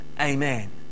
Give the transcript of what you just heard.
Amen